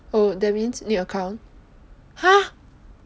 oh that means need account !huh!